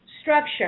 structure